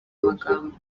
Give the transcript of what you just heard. magambo